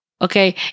okay